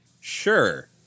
sure